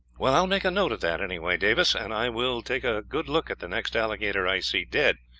well, i will make a note of that, anyhow, davis, and i will take a good look at the next alligator i see dead,